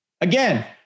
Again